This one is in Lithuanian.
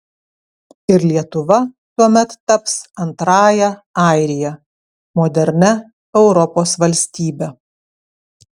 ir lietuva tuomet taps antrąja airija modernia europos valstybe